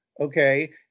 okay